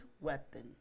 weapon